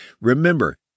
Remember